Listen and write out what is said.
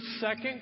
second